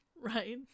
right